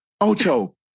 Ocho